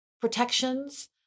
protections